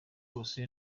bose